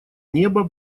неба